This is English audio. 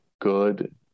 good